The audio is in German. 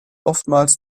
oftmals